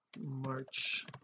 March